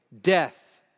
death